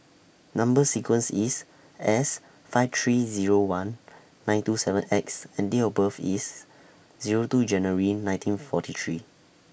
Number sequence IS S five three Zero one nine two seven X and Date of birth IS Zero two January nineteen forty three